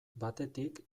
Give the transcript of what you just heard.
batetik